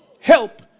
help